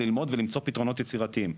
ללמוד ולתת פתרונות יצירתיים.